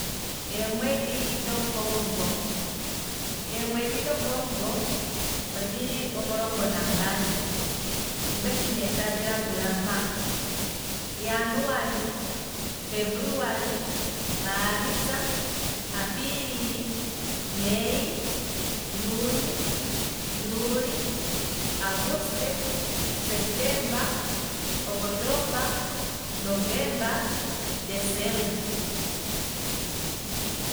Eemwedhi dhokomuvo, eemwedhi dhokomumvo odhili omulongo nambali. ongaashi ne tadhi landula mpa: januali, febuluali, maalitsa, apilili, mei, juni, juli, aguste, sepetemba, okotomba, novemba, decemba